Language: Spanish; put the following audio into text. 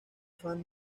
fan